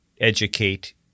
educate